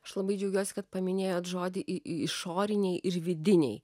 aš labai džiaugiuosi kad paminėjot žodį išoriniai ir vidiniai